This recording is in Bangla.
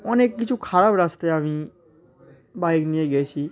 অনেক কিছু খারাপ রাস্তায় আমি বাইক নিয়ে গিয়েছি